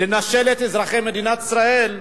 לנשל את אזרחי מדינת ישראל: